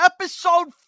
episode